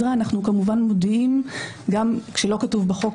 אנחנו מודיעים גם כשלא כתוב בחוק.